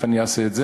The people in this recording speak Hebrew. אני אעשה זאת.